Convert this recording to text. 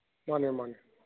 ꯃꯥꯅꯦ ꯃꯥꯅꯦ